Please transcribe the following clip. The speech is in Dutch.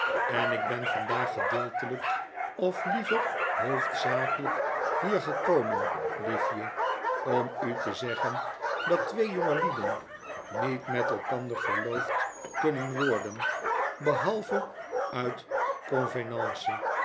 en ik ben vandaag gedeeltelyk of liever hoofdzakelyk hier gekomen liefje om u te zeggen dat twee jongelieden niet met elkander verloofd kunnen worden behalve uit